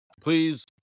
please